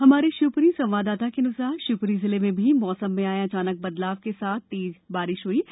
हमारे शिवपुरी संवाददाता के अनुसार शिवपुरी जिले में भी मौसम में आये अचानक बदलाव के साथ तेज बारिश हुई है